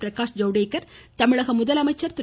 பிரகாஷ் ஜவ்டேகர் தமிழக முதலமைச்சர் திரு